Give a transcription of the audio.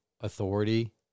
authority